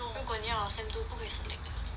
如果你要 sem two 不可以 split 的